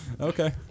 Okay